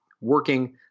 working